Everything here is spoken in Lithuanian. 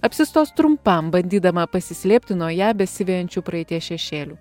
apsistos trumpam bandydama pasislėpti nuo ją besivejančių praeities šešėlių